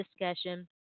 discussion